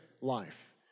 life